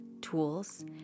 tools